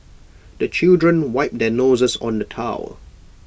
the children wipe their noses on the towel